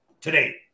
today